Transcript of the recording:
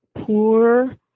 poor